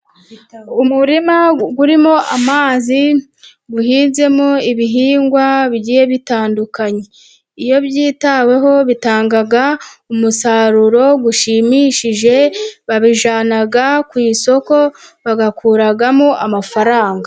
Umurima urimo amazi, uhinzemo ibihingwa bigiye bitandukanye. Iyo byitaweho bitanga umusaruro gushimishije, babijyana ku isoko bagakuramo amafaranga.